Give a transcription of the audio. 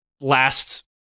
last